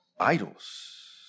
idols